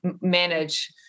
manage